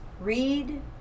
read